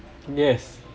yes